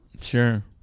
Sure